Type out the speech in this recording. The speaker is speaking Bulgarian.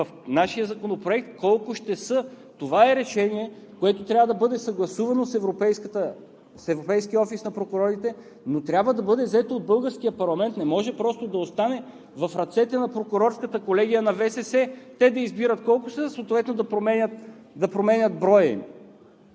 в нашия законопроект колко ще са. Това е решение, което трябва да бъде съгласувано с Европейския офис на прокурорите, но трябва да бъде взето от българския парламент – не може просто да остане в ръцете на Прокурорската колегия на ВСС, те да избират колко са, съответно да променят броя им.